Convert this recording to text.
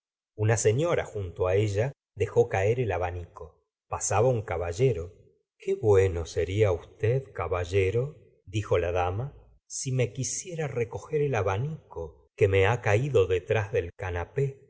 uno señora junto ella dejó caer el abanico pasaba un caballero qué bueno seria usted caballero dijo la dama si me quisiera recoger el abanico que me ha caído detrás del canapé